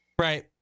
Right